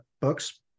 books